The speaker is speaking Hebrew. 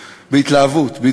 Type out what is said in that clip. בהתלהבות.